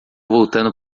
voltando